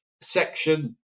section